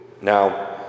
Now